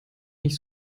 nicht